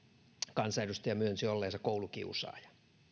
kansanedustaja myönsi olleensa koulukiusaaja